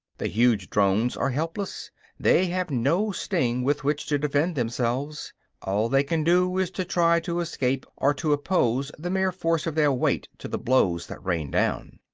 the huge drones are helpless they have no sting with which to defend themselves all they can do is to try to escape, or to oppose the mere force of their weight to the blows that rain down.